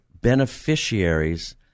beneficiaries